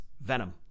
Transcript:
Venom